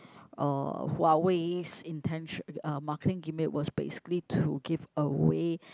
uh Huawei's intentio~ uh marketing gimmick was basically to give away